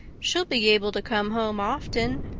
she'll be able to come home often,